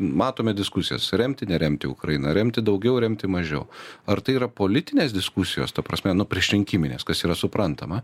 matome diskusijas remti neremti ukrainą remti daugiau remti mažiau ar tai yra politinės diskusijos ta prasme nu priešrinkiminės kas yra suprantama